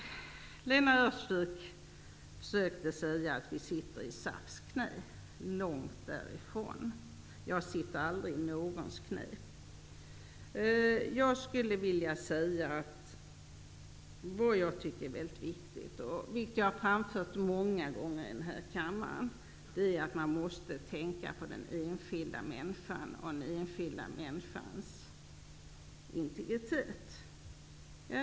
Lena Öhrsvik sade att vi sitter i SAF:s knä. Långt därifrån! Jag sitter aldrig i någons knä. Det är mycket viktigt, och detta har jag framfört många gånger här i kammaren, att man tänker på den enskilda människan och den enskilda människans integritet.